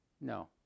No